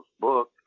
book